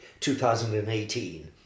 2018